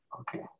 okay